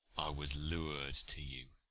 was lur'd to you.